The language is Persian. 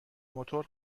موتور